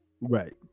right